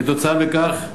כתוצאה מכך,